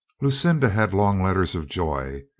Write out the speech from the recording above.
lucinda had long letters of joy.